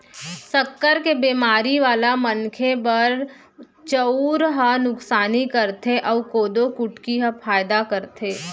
सक्कर के बेमारी वाला मनखे बर चउर ह नुकसानी करथे अउ कोदो कुटकी ह फायदा करथे